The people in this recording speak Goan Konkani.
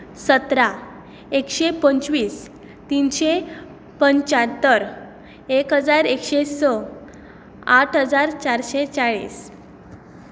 सतरा एकशें पंचवीस तिनशें पंच्यात्तर एक हजार एकशें स आठ हजार चारशें चाळीस